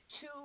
two